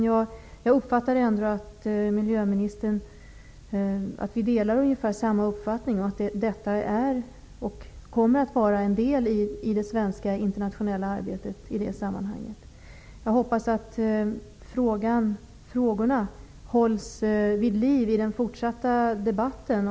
Jag uppfattade ändå att vi har ungefär samma uppfattning, nämligen att detta är, och kommer att vara, en del i det svenska internationella arbetet i det sammanhanget. Jag hoppas att frågorna hålls vid liv i den fortsatta debatten.